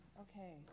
okay